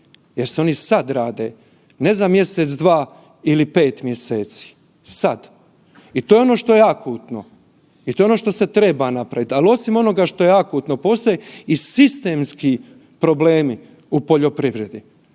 jer se oni sad rade, ne za mjesec, dva ili za pet mjeseci, sad. I to je ono što je akutno i to je ono što se treba napraviti. Ali osim onoga što je akutno postoje i sistemski problemi u poljoprivredi.